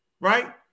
Right